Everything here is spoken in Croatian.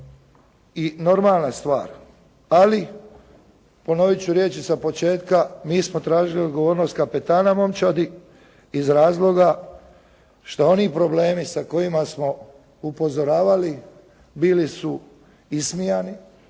i normalna stvar, ali ponoviti ću riječi sa početka, mi smo tražili odgovornost kapetana momčadi iz razloga što oni problemi sa kojima smo upozoravali bili su ismijani,